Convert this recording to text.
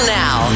now